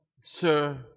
sir